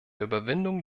überwindung